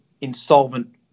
insolvent